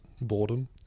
boredom